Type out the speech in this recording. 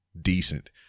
decent